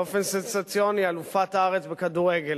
באופן סנסציוני, אלופת הארץ בכדורגל.